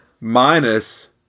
minus